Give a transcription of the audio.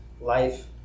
life